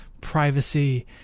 privacy